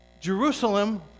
Jerusalem